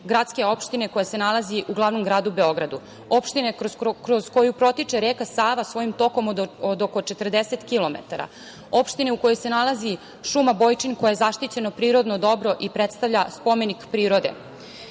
gradske opštine koja se nalazi u glavnom gradu Beogradu, opštine kroz koju protiče reka Sava svojim tokom od oko 40 kilometara, opštine u kojoj se nalazi šuma Bojčin koja je zaštićeno prirodno dobro i predstavlja spomenik prirode. Pre